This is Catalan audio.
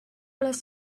les